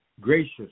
gracious